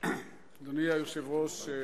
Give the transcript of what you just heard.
אדוני היושב-ראש,